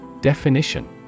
Definition